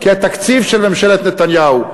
המקשר כתקציב של ממשלת נתניהו.